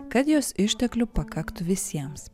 kad jos išteklių pakaktų visiems